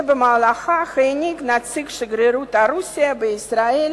שבמהלכה העניק נציג שגרירות רוסיה בישראל